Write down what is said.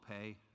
pay